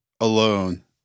alone